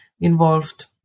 involved